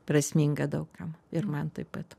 prasminga daug kam ir man taip pat